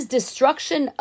destruction